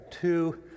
two